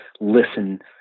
listen